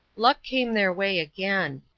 luck came their way again.